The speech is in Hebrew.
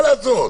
מה לעשות?